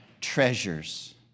treasures